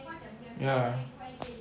ya